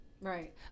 Right